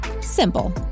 simple